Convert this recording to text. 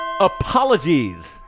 apologies